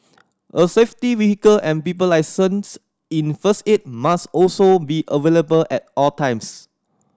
a safety vehicle and people licensed in first aid must also be available at all times